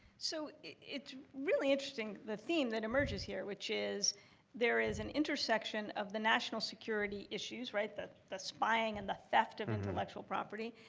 so it's really interesting the theme that emerges here, which is there is an intersection of the national security issues, right? the spying and the theft of intellectual property,